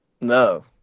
no